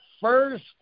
first